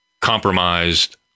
compromised